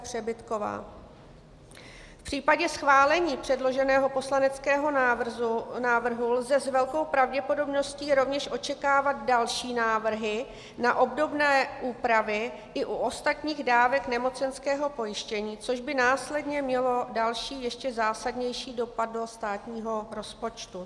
V případě schválení předloženého poslaneckého návrhu lze s velkou pravděpodobností rovněž očekávat další návrhy na obdobné úpravy i u ostatních dávek nemocenského pojištění, což by následně mělo další ještě zásadnější dopad do státního rozpočtu.